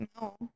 No